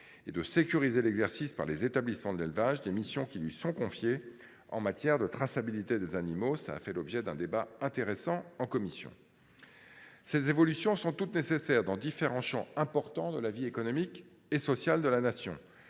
et de sécuriser l’exercice, par les établissements de l’élevage, des missions qui leur sont confiées en matière de traçabilité des animaux ; cela a fait l’objet d’un débat intéressant en commission. Ces évolutions sont toutes nécessaires dans les différents champs de la vie économique et sociale de la Nation